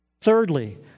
Thirdly